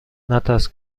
نترس